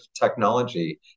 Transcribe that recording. technology